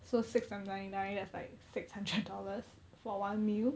so six times ninety nine that's like six hundred dollars for one meal